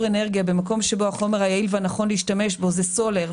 אנרגיה במקומות שבהם החומר היעיל והנכון להשתמש בו זה סולר,